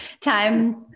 time